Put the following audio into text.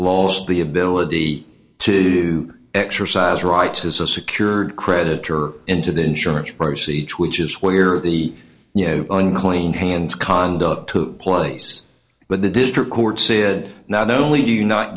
lost the ability to exercise rights as a secured credit or into the insurance proceeds which is where the you know unclean hands conduct took place but the district court said not only do you not